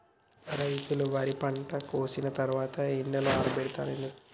రైతులు వరి పంటను కోసిన తర్వాత ఎండలో ఆరబెడుతరు ఎందుకు?